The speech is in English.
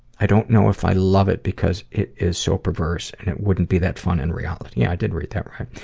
i don't know if i love it because it is so perverse, and it wouldn't be that fun in reality. yeah, i did read that right.